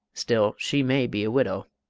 still, she may be a widow!